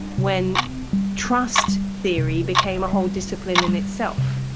when trust theory became a whole discipline in itself.